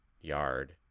yard